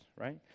right